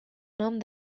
nom